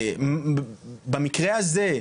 במקרה הזה,